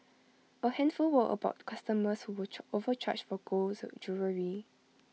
A handful were about customers who were overcharged for golds jewellery